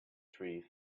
tree